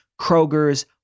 Kroger's